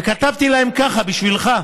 וכתבתי להם, ככה, בשבילך: